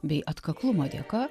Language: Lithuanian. bei atkaklumo dėka